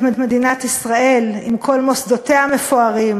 מדינת ישראל על כל מוסדותיה המפוארים.